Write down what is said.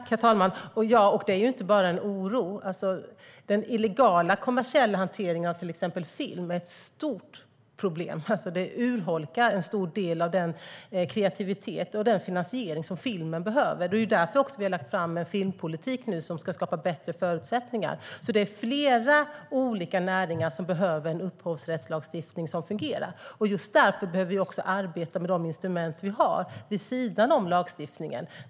Herr talman! Ja, och det är inte bara en oro. Den illegala kommersiella hanteringen av till exempel film är ett stort problem. Den urholkar en stor del av den kreativitet och finansiering som filmen behöver. Det är därför vi nu har lagt fram en filmpolitik som ska skapa bättre förutsättningar. Det är flera olika näringar som behöver en upphovsrättslagstiftning som fungerar. Just därför behöver vi också arbeta med de instrument vi har vid sidan om lagstiftningen.